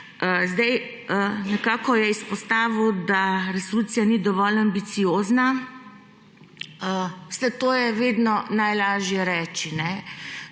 Nekako je izpostavil, da resolucija ni dovolj ambiciozna. Veste, to je vedno najlažje reči,